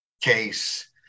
case